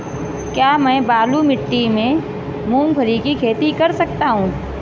क्या मैं बालू मिट्टी में मूंगफली की खेती कर सकता हूँ?